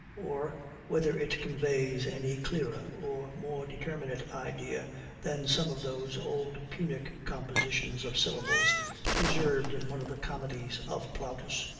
or whether it conveys any clearer or more determinate idea than some of those old punic compositions of syllables preserved in one of the comedies of plautus,